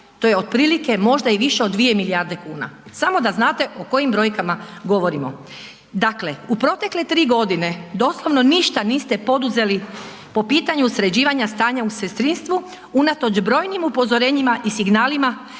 to je otprilike možda i više od 2 milijarde kuna, samo da znate o kojim brojkama govorimo. Dakle, u protekle 3 godine doslovno ništa niste poduzeli po pitanju sređivanja stanja u sestrinstvu unatoč brojnim upozorenjima i signalima